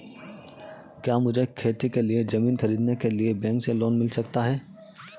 क्या मुझे खेती के लिए ज़मीन खरीदने के लिए बैंक से लोन मिल सकता है?